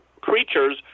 creatures